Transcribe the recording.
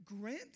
grant